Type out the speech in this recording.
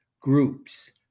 groups